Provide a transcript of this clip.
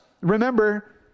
remember